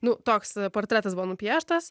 nu toks portretas buvo nupieštas